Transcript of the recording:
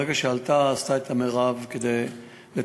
ברגע שעלתה, עשתה את המרב כדי לטפל.